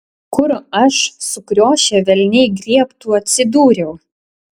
kur aš sukriošę velniai griebtų atsidūriau